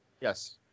yes